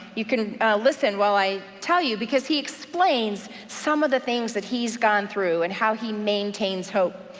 you can listen while i tell you, because he explains some of the things that he's gone through, and how he maintains hope.